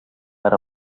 per